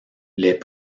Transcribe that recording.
les